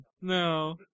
No